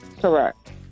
Correct